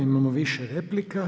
Imamo više replika.